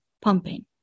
pumping